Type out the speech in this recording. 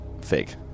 Fake